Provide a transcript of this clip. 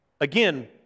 again